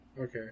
Okay